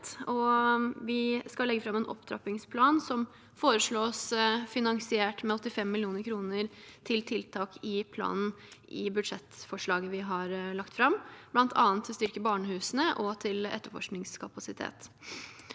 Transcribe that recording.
Vi skal også legge fram en opptrappingsplan som foreslås finansiert med 85 mill. kr til tiltak i planen, i budsjettforslaget vi har lagt fram, bl.a. til å styrke barnehusene og til etterforskningskapasitet.